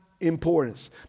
Importance